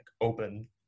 open